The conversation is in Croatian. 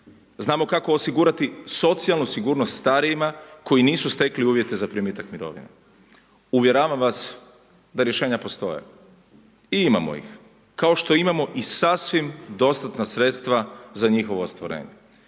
Znamo kako osigurati socijalnu sigurnost starijima koji nisu stekli uvjete za primitak mirovine. Uvjeravam vas da rješenja postoje i imamo ih kao što imamo i sasvim dostatna sredstva za njihovo ostvarenje.